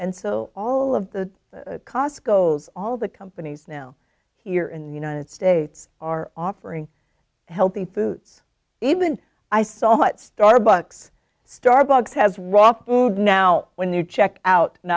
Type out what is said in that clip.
and so all of the cost goes all the companies now here in the united states are offering healthy foods even i thought starbucks starbucks has raw food now when you check out and